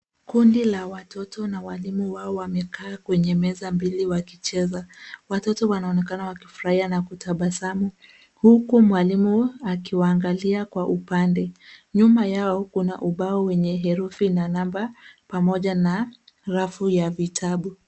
Kundi la watoto na walimu wao wamekaa kwenye meza mbili wakicheza. Watoto wanaonekana wakifurahia na kutabasamu huku mwalimu akiwaangalia kwa upande. Nyuma yao kuna ubao wenye herufi na namba pamoja na rafu ya vitabu.